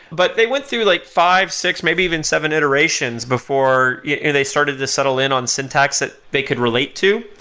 but they went through like five, six, maybe even seven iterations before yeah and they started to settle in on syntax that they could relate to.